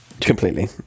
Completely